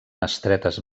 estretes